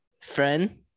Friend